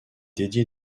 dédié